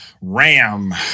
Ram